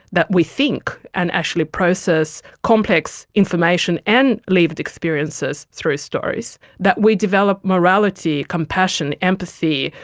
that we think and actually process complex information and lived experiences through stories, that we develop morality, compassion, empathy,